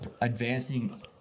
advancing